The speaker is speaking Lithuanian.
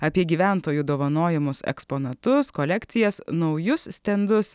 apie gyventojų dovanojamus eksponatus kolekcijas naujus stendus